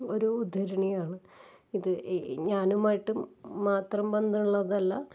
ഒരുദ്ധരണിയാണ് ഇത് ഞാനുമായിട്ടും മാത്രം ബന്ധമുള്ളതല്ല